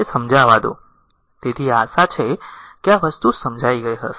તેથી આશા છે કે આ વસ્તુ સમજી ગઈ હશે